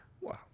Wow